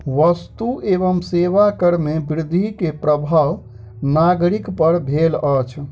वस्तु एवं सेवा कर में वृद्धि के प्रभाव नागरिक पर भेल अछि